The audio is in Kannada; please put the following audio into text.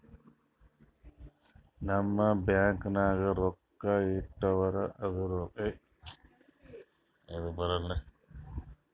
ನಾವ್ ಬ್ಯಾಂಕ್ ನಾಗ್ ರೊಕ್ಕಾ ಇಟ್ಟುರ್ ಅದು ರೊಕ್ಕಾ ಜಾಸ್ತಿ ಆತ್ತುದ ಅದ್ದುಕ ಮನಿ ಕ್ರಿಯೇಷನ್ ಅಂತಾರ್